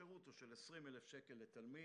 השירות הוא של 20,000 שקלים לתלמיד.